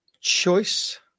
choice